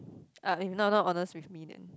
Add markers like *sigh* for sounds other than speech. *breath* uh not not honest with me then